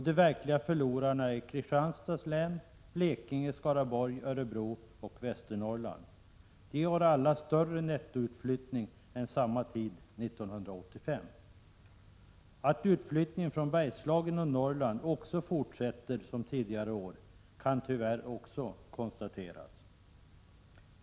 De verkliga förlorarna är Kristianstads, Blekinge, Skaraborgs, Örebro och Västernorrlands län. De har alla större nettoutflyttning nu än vid samma tid 1985. Att utflyttningen från Bergslagen och Norrland också fortsätter som tidigare år kan tyvärr också konstateras.